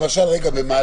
אבל למשל במעלית,